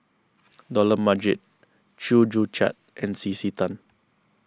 Dollah Majid Chew Joo Chiat and C C Tan